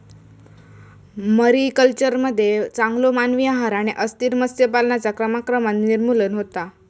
मरीकल्चरमध्ये चांगलो मानवी आहार आणि अस्थिर मत्स्य पालनाचा क्रमाक्रमान निर्मूलन होता